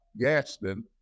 Gaston